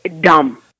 dumb